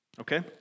Okay